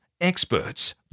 experts